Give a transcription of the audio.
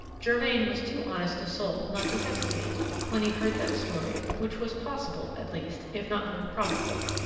germain was too honest a soul not to hesitate when he heard that story, which was possible at least, if not very probable.